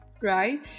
right